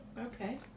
Okay